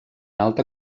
alta